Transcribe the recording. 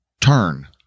turn